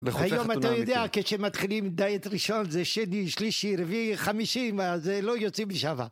היום אתה יודע, כשמתחילים דייט ראשון, זה שני, שלישי, רביעי, חמישי, אז לא יוצאים משמה